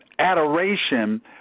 Adoration